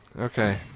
Okay